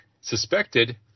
suspected